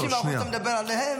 חשוב ש-60% שאתה מדבר עליהם,